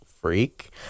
freak